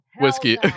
whiskey